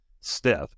stiff